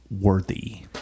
worthy